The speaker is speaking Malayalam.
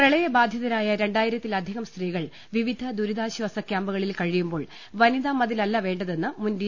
പ്രളയബാധിതരായ രണ്ടായിരത്തിലധികം സ്ത്രീകൾ വിവിധ ദുരിതാശാസ ക്യാമ്പുകളിൽ കഴിയുമ്പോൾ വനിതാമതിലല്ല വേണ്ട തെന്ന് മുൻ ഡി